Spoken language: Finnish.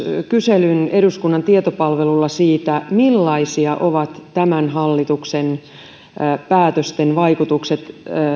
kyselyn eduskunnan tietopalvelulla siitä millaisia ovat tämän hallituksen päätösten vaikutukset